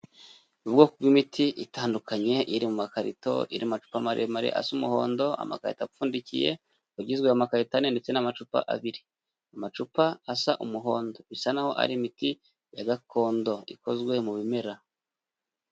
Ubwoko bw'imiti itandukanye iri mu makarito, iri mu macupa maremare asa umuhondo, amakarito apfundikiye ugizwe mu makaritp ane ndetse n'amacupa abiri, amacupa asa umuhondo bisa n'ahoho ari imiti ya gakondo ikozwe mu bimera.